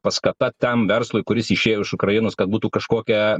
paskata tam verslui kuris išėjo iš ukrainos kad būtų kažkokia